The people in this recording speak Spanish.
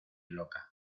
loca